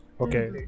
Okay